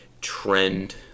trend